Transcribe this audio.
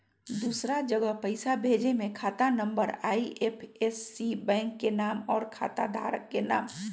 दूसरा जगह पईसा भेजे में खाता नं, आई.एफ.एस.सी, बैंक के नाम, और खाता धारक के नाम?